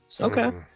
okay